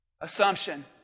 Assumption